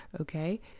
Okay